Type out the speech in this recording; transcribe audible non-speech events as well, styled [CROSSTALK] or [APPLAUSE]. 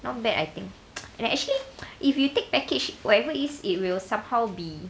not bad I think [NOISE] actually if you take package whatever it is it will somehow be